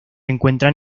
encuentran